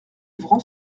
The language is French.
ouvrant